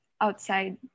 outside